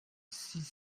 six